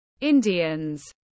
Indians